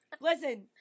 Listen